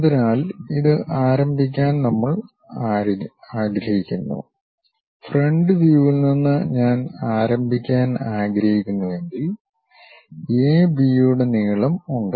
അതിനാൽ ഇത് ആരംഭിക്കാൻ നമ്മൾ ആഗ്രഹിക്കുന്നു ഫ്രണ്ട് വ്യൂവിൽ നിന്ന് ഞാൻ ആരംഭിക്കാൻ ആഗ്രഹിക്കുന്നുവെങ്കിൽ എ ബി യുടെ നീളം ഉണ്ട്